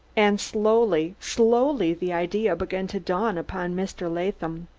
and slowly, slowly the idea began to dawn upon mr. latham.